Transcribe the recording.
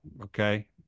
okay